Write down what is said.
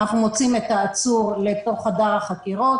אנחנו מוציאים את העצור לחדר החקירות.